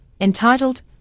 entitled